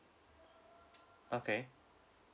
okay